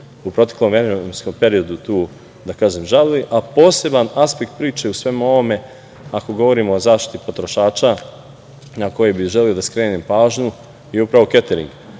u proteklom vremenskom periodu tu žalili, ali poseban aspekt priče u svemu ovome, ako govorimo o zaštiti potrošača, na koji bih želeo da skrenem pažnju, je upravo ketering.